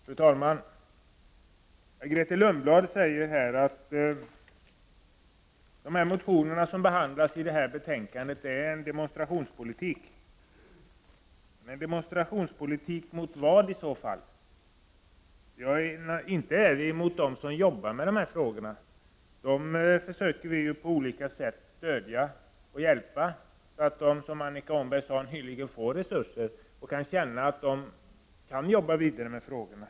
Fru talman! Grethe Lundblad säger att de motioner som behandlas i detta betänkande är en demonstrationspolitik. Mot vad är de i så fall en demonstrationspolitik? Vi är inte mot dem som jobbar med dessa frågor, utan vi försöker på alla sätt stödja och hjälpa dem, så att de, som Annika Åhnberg sade, får resurser och känner att de kan jobba vidare med frågorna.